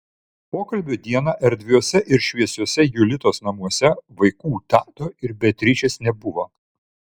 pokalbio dieną erdviuose ir šviesiuose julitos namuose vaikų tado ir beatričės nebuvo